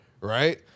right